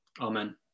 Amen